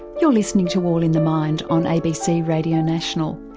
you're listening to all in the mind on abc radio national,